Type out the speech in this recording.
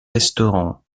restaurants